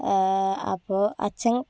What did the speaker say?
അപ്പോൾ അച്ഛൻ